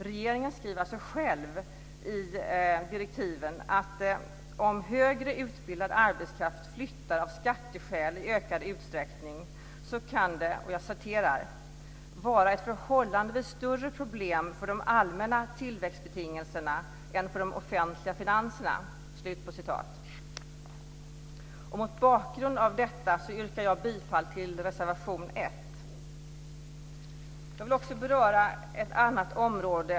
Regeringen skriver alltså själv i direktiven att om högre utbildad arbetskraft i ökad utsträckning flyttar av skatteskäl kan det "vara ett förhållandevis större problem för de allmänna tillväxtbetingelserna än för de offentliga finanserna". Mot bakgrund av detta yrkar jag bifall till reservation 1. Jag vill också beröra ett annat område.